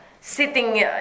sitting